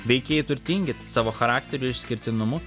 veikėjai turtingi savo charakteriu ir išskirtinumu